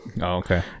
okay